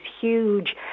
huge